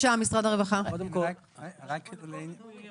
לעניין